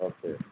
okay